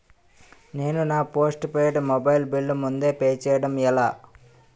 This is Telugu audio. నేను నా పోస్టుపైడ్ మొబైల్ బిల్ ముందే పే చేయడం ఎలా?